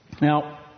Now